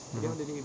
mmhmm